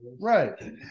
Right